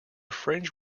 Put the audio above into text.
fringe